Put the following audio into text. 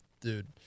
dude